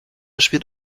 spielt